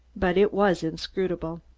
but it was inscrutable.